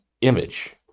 image